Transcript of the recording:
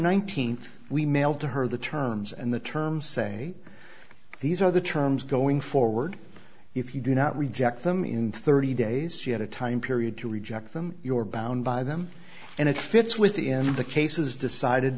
nineteenth we mailed to her the terms and the terms say these are the terms going forward if you do not reject them in thirty days you had a time period to reject them your bound by them and it fits with the end of the case is decided